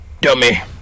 dummy